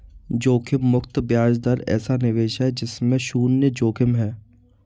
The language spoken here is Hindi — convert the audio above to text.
जोखिम मुक्त ब्याज दर ऐसा निवेश है जिसमें शुन्य जोखिम है